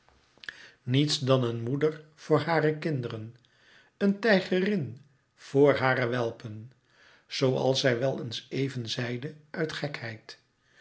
niets dan een moeder voor hare kinderen een tijgerin voor hare welpen zooals zij wel eens zelve zeide uit gekheid